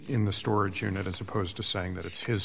in the storage unit as opposed to saying that it's his